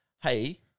hey